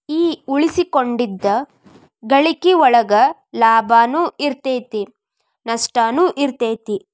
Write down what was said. ಈ ಉಳಿಸಿಕೊಂಡಿದ್ದ್ ಗಳಿಕಿ ಒಳಗ ಲಾಭನೂ ಇರತೈತಿ ನಸ್ಟನು ಇರತೈತಿ